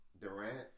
Durant